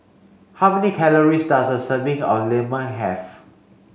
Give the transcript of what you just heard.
how many calories does a serving of Lemang have